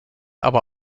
aber